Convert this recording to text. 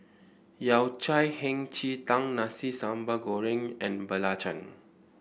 Yao Cai Hei Ji Tang Nasi Sambal Goreng and Belacan